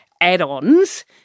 add-ons